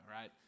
right